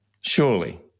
Surely